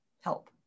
help